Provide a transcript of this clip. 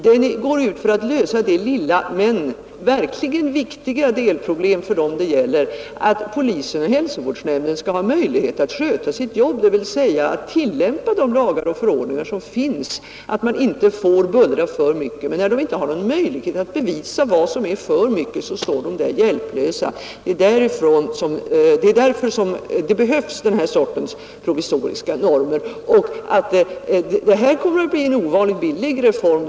Den går ut för att lösa det lilla, men verkligt viktiga delproblemet för dem det gäller, dvs. att polismyndigheter och hälsovårdsnämnder skall kunna tillämpa de lagar och förordningar som finns om att man inte får bullra för mycket. När det inte finns möjlighet att bevisa vad som är för mycket, står de där hjälplösa. Det är därför denna sorts provisoriska normer behövs. Den reform vi föreslår kommer att bli en ovanligt billig reform.